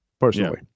personally